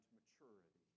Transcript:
maturity